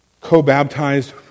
co-baptized